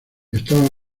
estaba